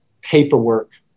paperwork